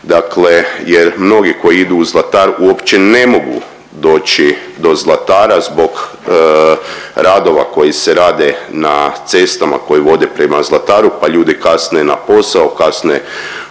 dakle jer mnogi koji idu u Zlatar uopće ne mogu doći do Zlatara zbog radova koji se rade na cestama koje vode prema Zlataru pa ljudi kasne na posao, kasne